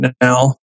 now